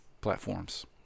platforms